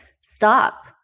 Stop